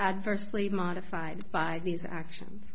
adversely modified by these actions